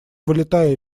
вылетай